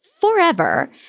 forever